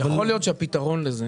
אביעד, יכול להיות שהפתרון לזה